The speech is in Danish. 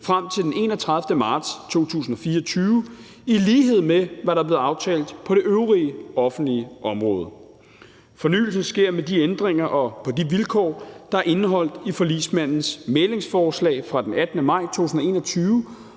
frem til den 31. marts 2024, i lighed med hvad der er blevet aftalt på det øvrige offentlige område. Fornyelsen sker med de ændringer og på de vilkår, der er indeholdt i forligsmandens mæglingsforslag fra den 18. maj 2021,